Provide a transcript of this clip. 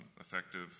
effective